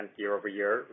year-over-year